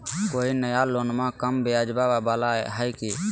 कोइ नया लोनमा कम ब्याजवा वाला हय की?